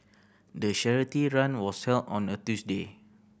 the charity run was held on a Tuesday